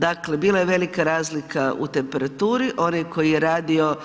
Dakle bila je velika razlika u temperaturi, onaj koji je radio